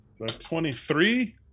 23